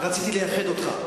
רציתי לייחד אותך,